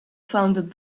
founded